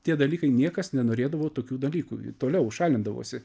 tie dalykai niekas nenorėdavo tokių dalykų toliau šalindavosi